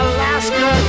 Alaska